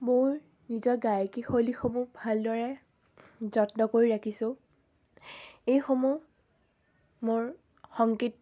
মোৰ নিজৰ গায়কী শৈলীসমূহ ভালদৰে যত্ন কৰি ৰাখিছোঁ এইসমূহ মোৰ সংগীত